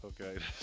okay